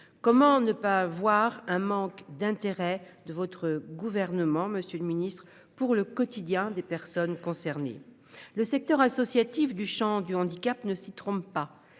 comment ne pas voir un manque d'intérêt de votre gouvernement, Monsieur le Ministre. Pour le quotidien des personnes concernées. Le secteur associatif du Champ du handicap ne s'y trompe pas.